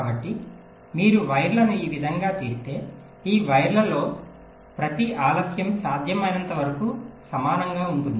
కాబట్టి మీరు వైర్లను ఈ విధంగా తీస్తే ఈ వైర్లలో ప్రతి ఆలస్యం సాధ్యమైనంతవరకు సమానంగా ఉంటుంది